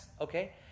Okay